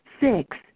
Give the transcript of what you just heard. Six